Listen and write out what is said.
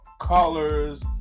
colors